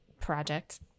project